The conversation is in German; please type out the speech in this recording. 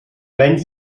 wenn